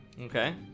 Okay